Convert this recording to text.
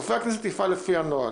רופא הכנסת יפעל לפי הנוהל.